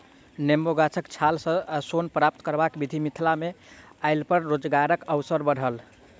नेबो गाछक छाल सॅ सोन प्राप्त करबाक विधि मिथिला मे अयलापर रोजगारक अवसर बढ़त